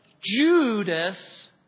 Judas